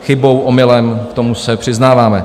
Chybou, omylem, k tomu se přiznáváme.